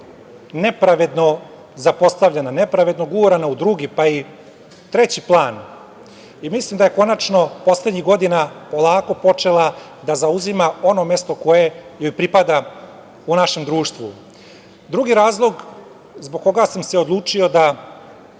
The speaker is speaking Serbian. nepravedno zapostavljena, nepravedno gurana u drugi, pa i treći plan i mislim da je konačno poslednjih godina polako počela da zauzima ono mesto koje joj pripada u našem društvu. Drugi razlog zbog koga sam se odlučio da